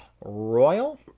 Royal